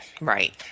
right